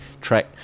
track